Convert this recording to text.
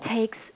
takes